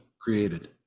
created